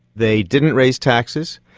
they didn't raise taxes,